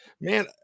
man